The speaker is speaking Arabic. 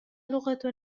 لغة